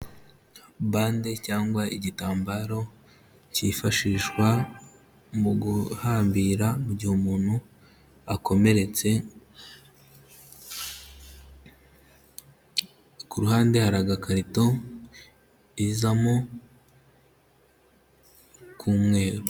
Bande cyangwa igitambaro kifashishwa mu guhambira mu gihe umuntu akomeretse, ku ruhande hari agarito bizamo k'umweru.